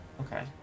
Okay